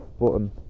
button